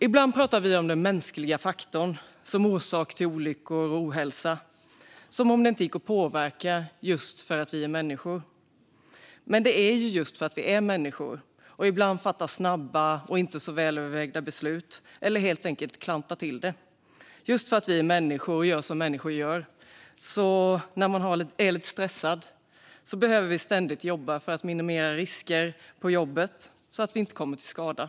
Ibland pratar vi om den mänskliga faktorn som orsak till olyckor och ohälsa, som om detta inte går att påverka för att vi är just människor. Men det är för att vi är just människor och ibland fattar snabba och inte så väl övervägda beslut eller helt enkelt klantar till det och gör som människor gör när de är lite stressade som man ständigt måste jobba för att minimera risker på jobbet så att ingen kommer till skada.